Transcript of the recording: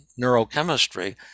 neurochemistry